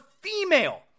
female